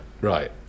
right